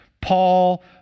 Paul